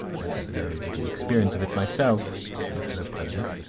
have had very little experience of it myself up to the present.